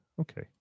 Okay